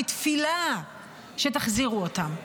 בתפילה שתחזירו אותם.